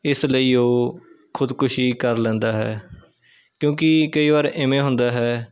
ਇਸ ਲਈ ਉਹ ਖੁਦਕੁਸ਼ੀ ਕਰ ਲੈਂਦਾ ਹੈ ਕਿਉਂਕਿ ਕਈ ਵਾਰ ਇਵੇਂ ਹੁੰਦਾ ਹੈ